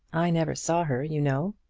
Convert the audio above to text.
i never saw her you know.